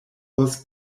was